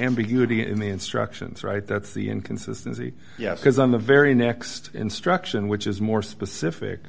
ambiguity in the instructions right that's the inconsistency yes because on the very next instruction which is more specific